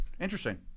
Interesting